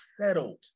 settled